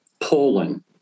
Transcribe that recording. Poland